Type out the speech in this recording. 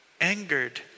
angered